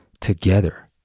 together